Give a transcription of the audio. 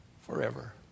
forever